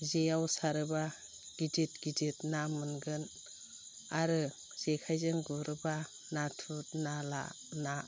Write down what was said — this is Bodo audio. जेयाव सारोबा गिदिद गिदिद ना मोनगोन आरो जेखाइजों गुरोबा नाथुर नाला ना